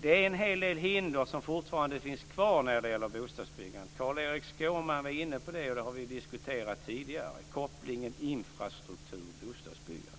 Det är en hel del hinder som fortfarande finns kvar när det gäller bostadsbyggandet. Carl-Erik Skårman var inne på det, och det har vi ju diskuterat tidigare, nämligen kopplingen mellan infrastruktur och bostadsbyggande.